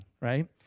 right